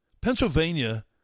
Pennsylvania